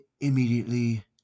immediately